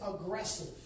aggressive